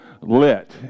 lit